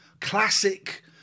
Classic